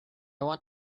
want